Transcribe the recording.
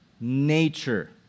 nature